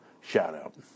shout-out